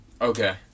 okay